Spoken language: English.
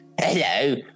hello